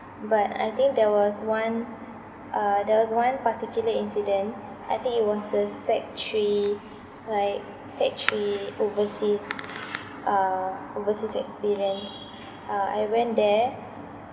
but I think there was one uh there was one particular incident I think it was the sec` three like sec` three overseas(uh) overseas experience uh I went there